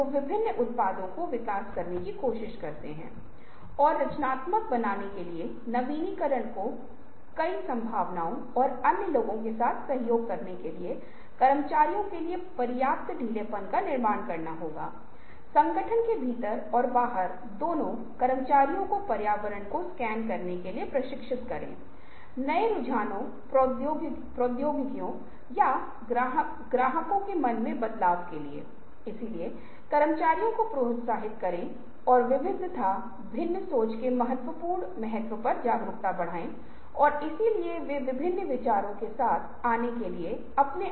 लेकिन आप कहते हैं कि आप कहते हैं कि छात्रों को सीखना बहुत पसंद है जैसे हो सकता है कि कोई कुत्ता आपके साथ खेलने के लिए इच्छुक हो एक बच्चे को एक नया खेल सीखने के लिए कहें एक बूढ़े व्यक्ति से कंप्यूटर का उपयोग करने का तरीका जानने के लिए कहें और आप एक इस तरह के संभावित बिंदुओं की श्रृंखला को बना सकते हैं जो यहां पावर प्वाइंट में इंगित किया गया है